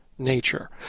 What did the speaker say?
nature